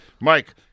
Mike